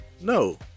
no